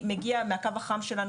מהקו החם שלנו,